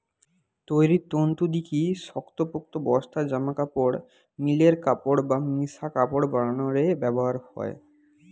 তৈরির তন্তু দিকি শক্তপোক্ত বস্তা, জামাকাপড়, মিলের কাপড় বা মিশা কাপড় বানানা রে ব্যবহার হয়